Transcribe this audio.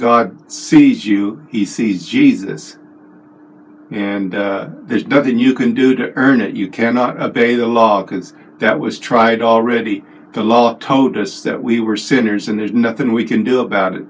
god sees you he sees jesus and there's nothing you can do to earn it you cannot obey the law guess that was tried already the law told us that we were sinners and there's nothing we can do about it